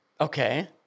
Okay